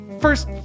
First